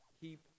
keep